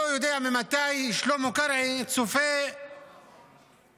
לא יודע ממתי שלמה קרעי צופה ב"מכאן",